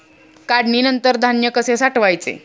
काढणीनंतर धान्य कसे साठवायचे?